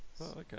okay